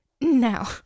Now